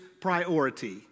priority